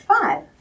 five